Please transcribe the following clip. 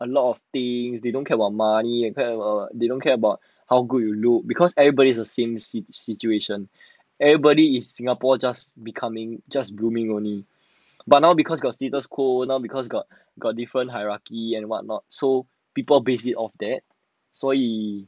a lot of things they don't care about money they don't they don't care about how good you look because everybody's the same situation everybody in singapore just becoming just blooming only but now because got status quo now because got got different hierarchy and what not so people base it on that 所以